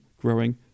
growing